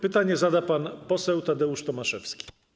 Pytanie zada pan poseł Tadeusz Tomaszewski.